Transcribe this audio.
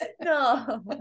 No